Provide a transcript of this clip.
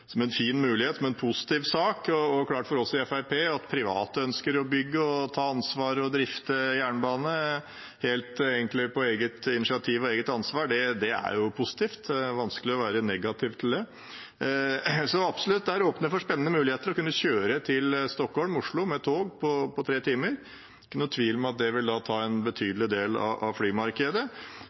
som en fin mulighet og som en positiv sak. Det er klart for oss i Fremskrittspartiet at det er positivt at private ønsker å bygge og ta ansvar og drifte jernbane, egentlig helt på eget initiativ og ansvar. Det er vanskelig å være negativ til det. Så absolutt, dette åpner for spennende muligheter, å kunne kjøre til Stockholm fra Oslo med tog på tre timer. Det er ikke noen tvil om at det da vil ta en betydelig del av flymarkedet.